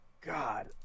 God